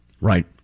Right